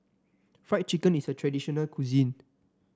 Fried Chicken is a traditional cuisine